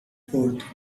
forth